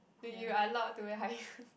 when you are allowed to wear high heels